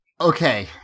Okay